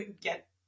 get